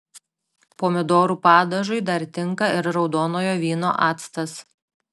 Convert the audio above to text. pomidorų padažui dar tinka ir raudonojo vyno actas